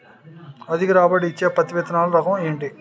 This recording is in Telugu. అధిక రాబడి ఇచ్చే పత్తి విత్తనములు రకం ఏంటి?